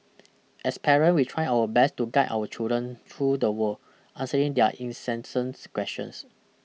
as parent we try our best to guide our children through the world answering their incessant questions